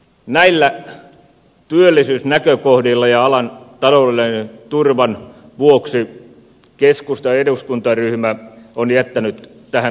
näillä työllisyysnäkökohdilla ja alan taloudellisen turvan vuoksi keskustan eduskuntaryhmä on jättänyt tähän lakiin vastalauseen